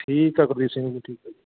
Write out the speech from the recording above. ਠੀਕ ਆ ਗੁਰਦੀਪ ਸਿੰਘ ਜੀ ਠੀਕ ਆ